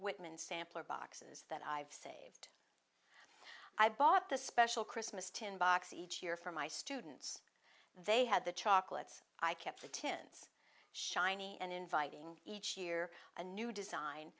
whitman sampler boxes that i've saved i bought the special christmas tin box each year for my students they had the chocolates i kept the tins shiny and inviting each year a new design